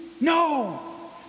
No